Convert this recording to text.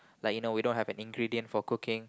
like you know we don't have an ingredient for cooking